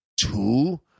Two